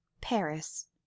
Paris